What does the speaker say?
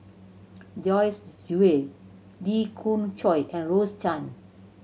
Joyce Jue Lee Khoon Choy and Rose Chan